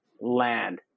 land